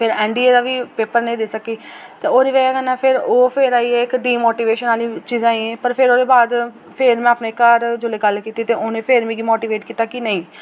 फिर N D A दा बी पेपर नेईं देई सकी ते ओह्दी बजह् कन्नै फिर ओह् फिर आइये इक डिमोटिवेशन आह्ली चीज़ां आई गेइयां फिर ओह्दे बाद फिर में अपने घर जोल्लै गल्ल कीती ते उ'नें फिर मिगी मोटिवेट कीता की नेईं